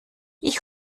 ich